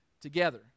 together